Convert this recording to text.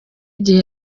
igihe